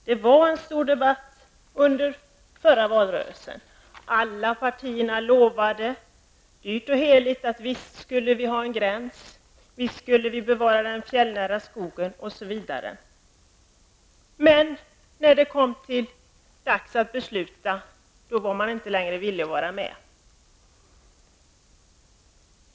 Detta var ett stort debattämne förra valrörelsen, och alla partier lovade dyrt och heligt att vi visst skall ha en gräns, att vi visst skulle bevara den fjällnära skogen osv. När det sedan var dags att besluta ville de inte vara med.